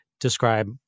describe